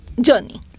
journey